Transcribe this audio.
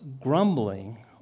grumbling